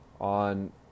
on